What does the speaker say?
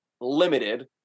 limited